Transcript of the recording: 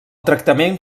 tractament